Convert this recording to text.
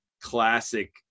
classic